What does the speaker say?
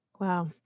Wow